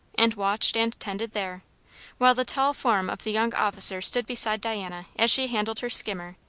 and watched and tended there while the tall form of the young officer stood beside diana as she handled her skimmer,